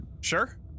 Sure